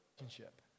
relationship